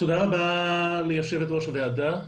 תודה רבה ליו"ר הוועדה.